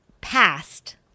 past